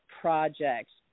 projects